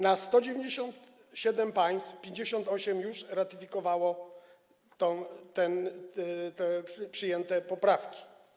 Na 197 państw 58 już ratyfikowało te przyjęte poprawki.